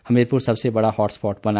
हमीरपुर सबसे बड़ा hot spot बना